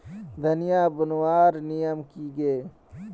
धनिया बूनवार नियम की गे?